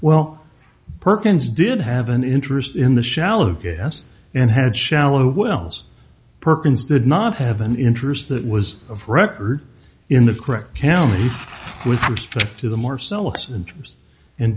perkins did have an interest in the shallow gas and had shallow wells perkins did not have an interest that was of record in the correct county with respect to the m